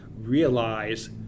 realize